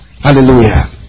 Hallelujah